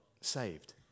saved